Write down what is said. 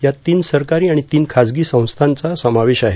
यात तीन सरकारी आणि तीन खाजगी संस्थांचा समावेश आहे